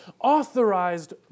authorized